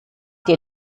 dir